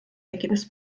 ergebnis